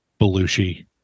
belushi